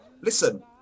listen